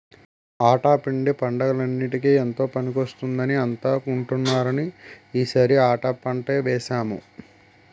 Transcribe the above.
ఆటా పిండి పండగలన్నిటికీ ఎంతో పనికొస్తుందని అంతా కొంటున్నారని ఈ సారి ఆటా పంటే వేసాము